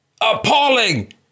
Appalling